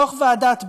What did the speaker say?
דוח ועדת ביטון,